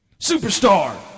superstar